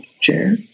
chair